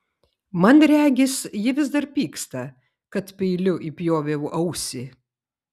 man regis ji vis dar pyksta kad peiliu įpjoviau ausį